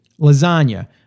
lasagna